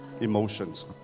emotions